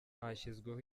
hashyizweho